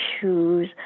shoes